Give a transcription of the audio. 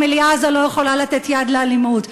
המליאה הזאת לא יכולה לתת יד לאלימות,